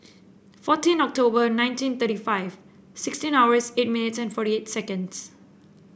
fourteen October nineteen thirty five sixteen hours eight minutes forty eight seconds